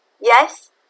yes